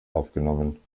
aufgenommen